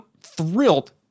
thrilled